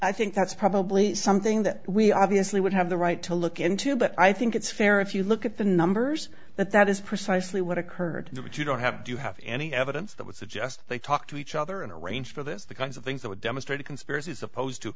i think that's probably something that we obviously would have the right to look into but i think it's fair if you look at the numbers that that is precisely what occurred but you don't have do you have any evidence that would suggest they talk to each other and arrange for this the kinds of things that would demonstrate a conspiracy as opposed to